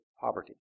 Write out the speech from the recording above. poverty